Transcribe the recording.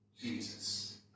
Jesus